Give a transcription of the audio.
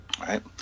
right